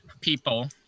people